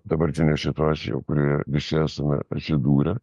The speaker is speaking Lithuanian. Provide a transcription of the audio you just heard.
dabartinė situacija kurioje visi esame atsidūrę